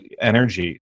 energy